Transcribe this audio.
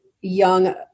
young